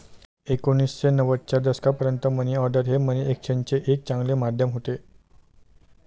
एकोणीसशे नव्वदच्या दशकापर्यंत मनी ऑर्डर हे मनी एक्सचेंजचे एक चांगले माध्यम होते